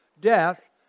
death